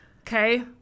Okay